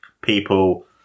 people